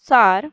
sir